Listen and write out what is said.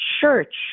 church